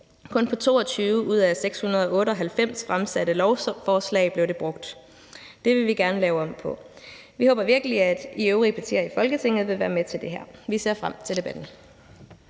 Kun på 22 ud af 698 fremsatte lovforslag blev det brugt. Det vil vi gerne lave om på. Vi håber virkelig, at I øvrige partier i Folketinget vil være med til det her. Vi ser frem til debatten.